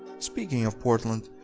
speaking of portland.